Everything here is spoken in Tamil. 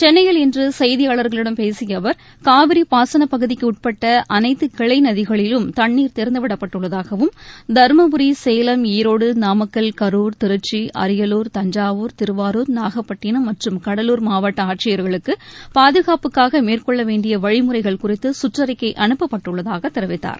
சென்னையில் இன்றசெய்தியாளர்களிடம் பேசியஅவர் காவிரிபாசனப்பகுதிக்குஉட்பட்டஅனைத்துகிளைநதிகளிலும் தண்ணீர் திறந்துவிடப்பட்டுள்ளதாகவும் தருமபுரி சேலம் ஈரோடு நாமக்கல் கரூர் திருச்சி அரியலூர் தஞ்சாவூர் திருவாரூர் நாகப்பட்டினம் மற்றும் கடலூர் மாவட்டஆட்சியர்களுக்குபாதுகாப்புக்காகமேற்கொள்ளவேண்டியவழிமுறைகள் குறித்துசுற்றிக்கைஅனுப்பப்பட்டுள்ளதாகதெரிவித்தார்